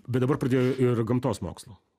bet dabar pradėjo ir gamtos mokslo